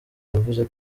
yavuze